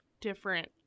different